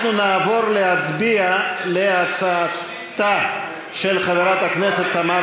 אנחנו נעבור להצביע על הצעתה של חברת הכנסת תמר